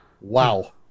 Wow